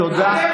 תענה לי.